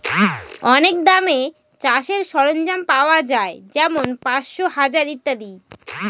অনেক দামে চাষের সরঞ্জাম পাওয়া যাই যেমন পাঁচশো, হাজার ইত্যাদি